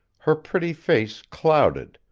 her pretty face clouded,